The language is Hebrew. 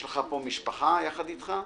יש לך פה משפחה ביחד אתך?